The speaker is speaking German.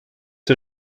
der